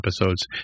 episodes